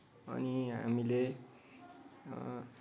अनि हामीले